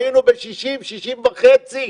היינו ב-60%-60.5%.